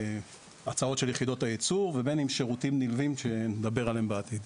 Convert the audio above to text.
הצעות של יחידות הייצור ובין אם שירותים נלווים שנדבר עליהם בעתיד.